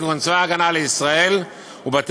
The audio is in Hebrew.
כגון צבא ההגנה לישראל ובתי-המשפט.